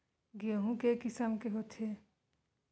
गेहूं के किसम के होथे?